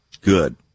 Good